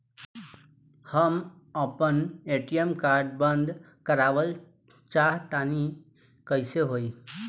हम आपन ATM card बंद करावल चाह तनि कइसे होई?